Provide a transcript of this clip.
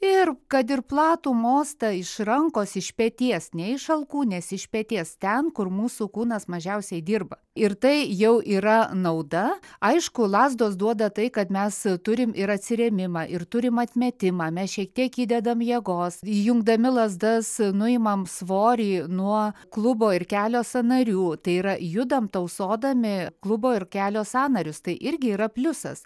ir kad ir platų mostą iš rankos iš peties ne iš alkūnės iš peties ten kur mūsų kūnas mažiausiai dirba ir tai jau yra nauda aišku lazdos duoda tai kad mes turim ir atsirėmimą ir turim atmetimą mes šiek tiek įdedam jėgos įjungdami lazdas nuimam svorį nuo klubo ir kelio sąnarių tai yra judam tausodami klubo ir kelio sąnarius tai irgi yra pliusas